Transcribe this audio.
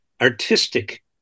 artistic